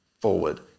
forward